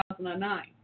2009